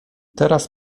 teraz